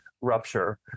rupture